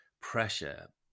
pressure